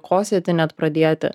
kosėti net pradėti